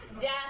death